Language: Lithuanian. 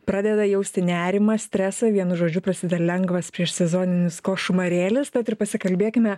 pradeda jausti nerimą stresą vienu žodžiu prasideda lengvas priešsezoninis košmarėlis tad ir pasikalbėkime